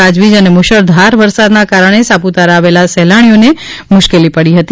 ગાજવીજ અને મુશળધાર વરસાદના કારણે સાપુતારા આવેલા સહેલાણીઓને મુશ્કેલી પડી હતી